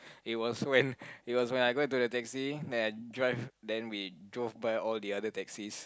it was when it was when I got into the taxi and drive and we drove by all the other taxis